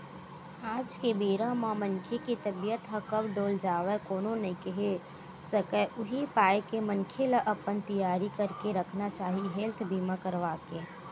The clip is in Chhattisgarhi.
आज के बेरा म मनखे के तबीयत ह कब डोल जावय कोनो नइ केहे सकय उही पाय के मनखे ल अपन तियारी करके रखना चाही हेल्थ बीमा करवाके